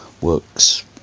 works